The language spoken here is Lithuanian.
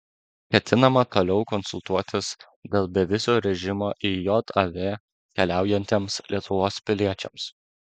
ketinama toliau konsultuotis dėl bevizio režimo į jav keliaujantiems lietuvos piliečiams